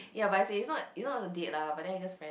ya but as in is not is not a date ah but then we just went